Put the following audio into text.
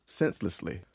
senselessly